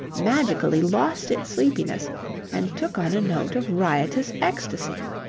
magically lost its sleepiness and took on a note of riotous ecstasy.